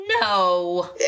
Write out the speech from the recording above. No